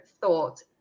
thought